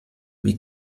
wie